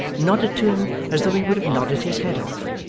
nodded to him as though he would have nodded his head off.